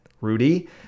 Rudy